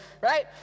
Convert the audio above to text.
Right